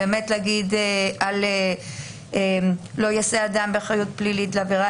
לומר לא יישא אדם באחריות פלילית לעבירה